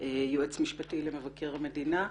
יועץ משפטי למבקר המדינה.